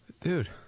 Dude